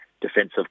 defensive